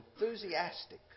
enthusiastic